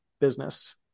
business